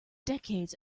decades